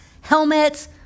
helmets